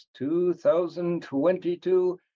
2022